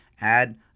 add